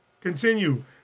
Continue